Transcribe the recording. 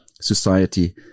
society